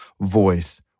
voice